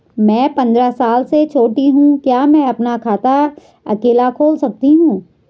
मैं पंद्रह साल से छोटी हूँ क्या मैं अपना खाता अकेला खोल सकती हूँ?